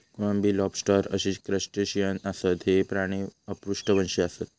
कोळंबी, लॉबस्टर अशी क्रस्टेशियन आसत, हे प्राणी अपृष्ठवंशी आसत